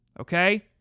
Okay